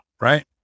right